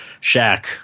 Shaq